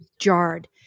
jarred